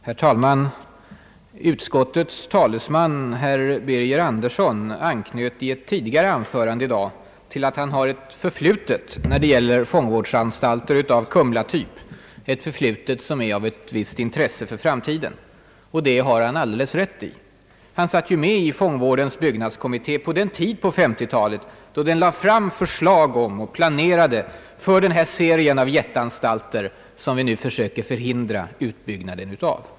Herr talman! Utskottets talesman, herr Birger Andersson, anknöt i ett ti digare anförande i dag till att han har ett förflutet när det gäller fångvårdsanstalter av Kumla-typ, ett förflutet som är av ett visst intresse för framtiden. Det har han alldeles rätt i. Han satt med i fångvårdens byggnadskommitté vid den tid på 1950-talet, då den lade fram förslag om och planerade för den serie storanstalter, som vi nu försöker hindra utbyggnaden av.